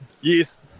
Yes